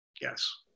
Yes